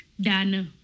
Dana